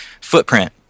footprint